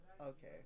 okay